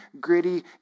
gritty